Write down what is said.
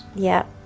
yeah,